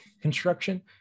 construction